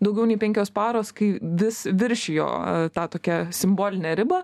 daugiau nei penkios paros kai vis viršijo tą tokią simbolinę ribą